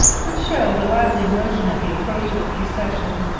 which showed a lively emotion at the approach of the procession,